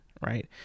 right